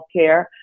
healthcare